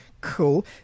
Cool